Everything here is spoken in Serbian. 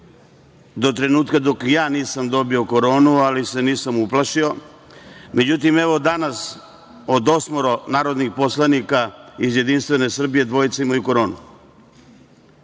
do trenutka dok i ja nisam dobio koronu, ali se nisam uplašio. Međutim, evo danas od osmoro narodnih poslanika iz Jedinstvene Srbije, dvojica imaju koronu.